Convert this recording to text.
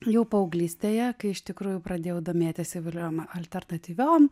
jau paauglystėje kai iš tikrųjų pradėjau domėtis įvairiom alternatyviom